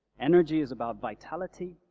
energy is about vitality